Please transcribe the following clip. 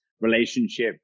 relationship